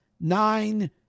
nine